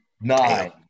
Nine